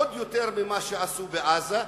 עוד יותר ממה שעשו בעזה,